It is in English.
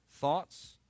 thoughts